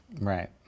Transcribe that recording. Right